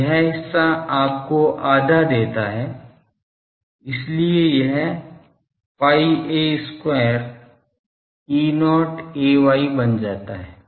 तो यह हिस्सा आपको आधा देता है इसलिए यह pi a square E0 ay बन जाता है